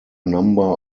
number